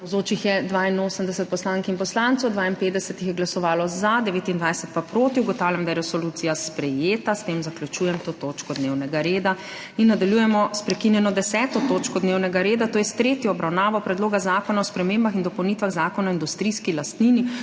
Navzočih je 82 poslank in poslancev, 52 jih je glasovalo za, 29 pa proti. (Za je glasovalo 52.) (Proti 29.) Ugotavljam, da je resolucija sprejeta. S tem zaključujem to točko dnevnega reda. Nadaljujemo s prekinjeno 10. točko dnevnega reda, to je s tretjo obravnavo Predloga zakona o spremembah in dopolnitvah Zakona o industrijski lastnini